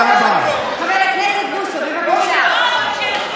חבר הכנסת בוסו, בבקשה.